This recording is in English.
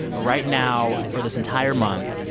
right now for this entire month,